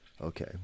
okay